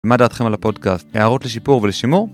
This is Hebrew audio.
מה דעתכם על הפודקאפט? הערות לשיפור ולשימור?